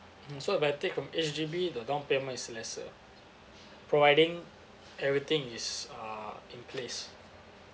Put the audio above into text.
mm so if I take from H_D_B the down payment is lesser providing everything is uh in place